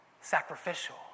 Sacrificial